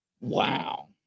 Wow